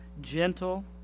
gentle